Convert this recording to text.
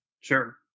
Sure